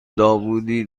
داوودی